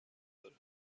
داره